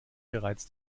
bereits